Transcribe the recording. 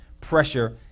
pressure